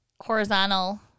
horizontal